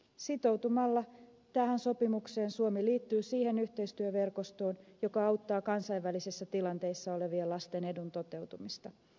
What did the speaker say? sitoutumalla tähän sopimukseen suomi liittyy siihen yhteistyöverkostoon joka auttaa kansainvälisissä tilanteissa olevien lasten edun toteutumista